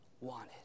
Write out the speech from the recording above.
wanted